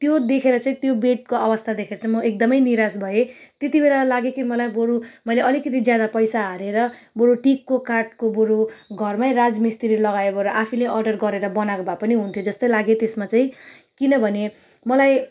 त्यो देखेर चाहिँ त्यो बेडको अवस्था देखेर चाहिँ म एकदमै निराश भए त्यति बेला लाग्यो कि मलाई बरु अलिकति ज्यादा पैसा हालेर बरु टिकको काठको बरु घरमै राजमिस्त्री लगायो बरु आफैले अर्डर गरेर बनाएको भए पनि हुन्थ्यो जस्तो लाग्यो त्यसमा चाहिँ किनभने मलाई